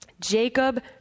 Jacob